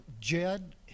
Jed